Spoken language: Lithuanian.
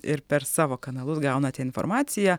ir per savo kanalus gaunate informaciją